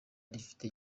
rifite